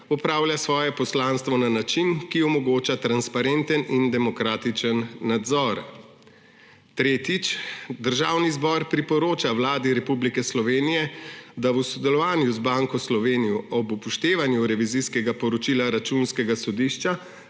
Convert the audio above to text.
opravlja svoje poslanstvo na način, ki omogoča transparenten in demokratičen nadzor. Tretjič, Državni zbor priporoča Vladi Republike Slovenije, da v sodelovanju z Banko Slovenijo ob upoštevanju revizijskega poročila Računskega sodišča